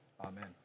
amen